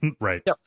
Right